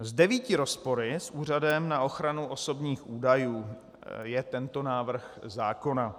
S devíti rozpory s Úřadem na ochranu osobních údajů je tento návrh zákona.